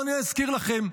אבל אני אזכיר לכם,